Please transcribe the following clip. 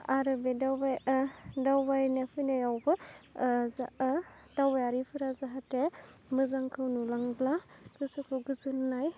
आरो बे दावबाय दावबायनो फैनायावबो जा दावबायारिफोरा जाहाथे मोजांखौ नुलांब्ला गोसोखौ गोजोन्नाय